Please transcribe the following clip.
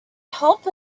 help